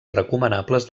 recomanables